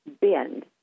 bend